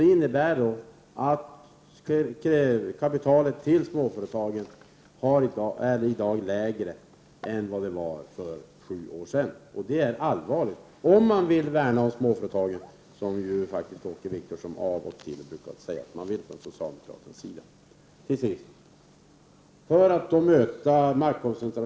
Det innebär att kapitalförsörjningen till småföretagen i dag är lägre än den var för sju år sedan. Och det är allvarligt, om man vill värna om småföretagen, som ju Åke Wictorsson faktiskt av och till brukar säga att socialdemokraterna vill.